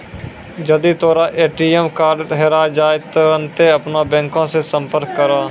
जदि तोरो ATM card हेराय जाय त तुरन्ते अपनो बैंको से संपर्क करो